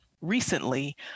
recently